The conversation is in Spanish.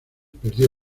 perdió